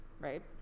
Right